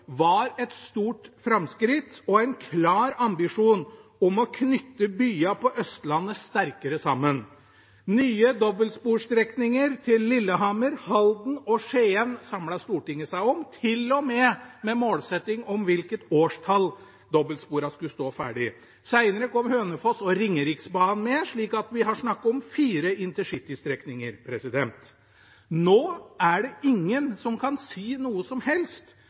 var et stort framskritt og en klar ambisjon om å knytte byene på Østlandet sterkere sammen. Nye dobbeltsporstrekninger til Lillehammer, Halden og Skien samlet Stortinget seg om – til og med med målsetting om hvilket årstall dobbeltsporene skulle stå ferdig. Senere kom Hønefoss og Ringeriksbanen med, slik at det er snakk om fire intercitystrekninger. Nå er det ingen i Jernbanedirektoratet eller Samferdselsdepartementet som kan si noe som helst